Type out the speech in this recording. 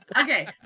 Okay